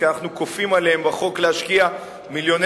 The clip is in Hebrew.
כי אנחנו כופים עליהם בחוק להשקיע מיליוני